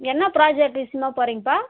என்ன புராஜெக்ட்டு விஷயமா போறிங்கப்பா